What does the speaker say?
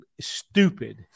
stupid